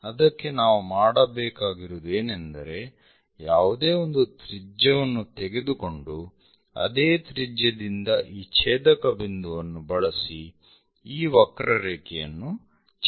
ಅದಕ್ಕೆ ನಾವು ಮಾಡಬೇಕಾಗಿರುವುದು ಏನೆಂದರೆ ಯಾವುದೇ ಒಂದು ತ್ರಿಜ್ಯವನ್ನು ತೆಗೆದುಕೊಂಡು ಅದೇ ತ್ರಿಜ್ಯದಿಂದ ಈ ಛೇದಕ ಬಿಂದುವನ್ನು ಬಳಸಿ ಈ ವಕ್ರರೇಖೆಯನ್ನು ಛೇದಿಸಿ